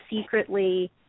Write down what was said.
secretly